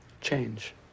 change